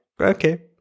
okay